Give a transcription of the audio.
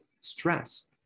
stress